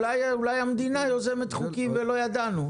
אולי המדינה יוזמת חוקים ולא ידענו.